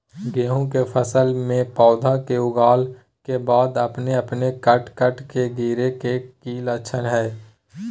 गेहूं के फसल में पौधा के उगला के बाद अपने अपने कट कट के गिरे के की लक्षण हय?